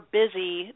busy